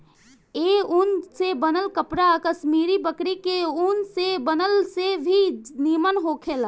ए ऊन से बनल कपड़ा कश्मीरी बकरी के ऊन के बनल से भी निमन होखेला